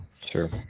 sure